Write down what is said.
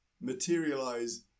materialize